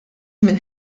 minn